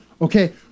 Okay